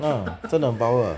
ah 真的很 power ah